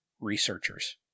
researchers